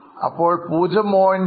അപ്പോൾ 0